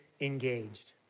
engaged